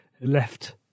left